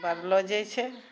बाड़लो जाइ छै